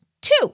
Two